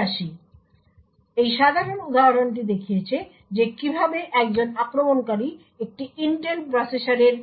সুতরাং এই সাধারণ উদাহরণটি দেখিয়েছে যে কীভাবে একজন আক্রমণকারী একটি ইন্টেল প্রসেসরের